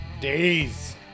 Days